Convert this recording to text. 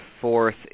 fourth